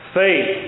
faith